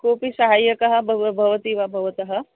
कोपि सहाय्यकः भव भवति वा भवतः